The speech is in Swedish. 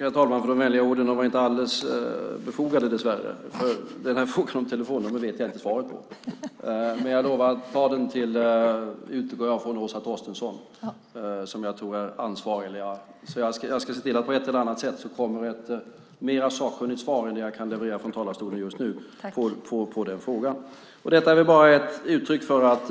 Herr talman! Jag tackar Annelie Enochson för de vänliga orden. De var dessvärre inte alldeles befogade, för frågan om telefonnummer vet jag inte svaret på. Men jag lovar att ta den till Åsa Torstensson; jag utgår från att hon är ansvarig. Jag ska se till att det på ett eller annat sätt kommer ett mer sakkunnigt svar på den frågan än det jag kan leverera från talarstolen just nu. Detta är väl bara ett uttryck för att